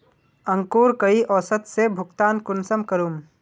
अंकूर कई औसत से भुगतान कुंसम करूम?